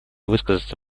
высказаться